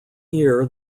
year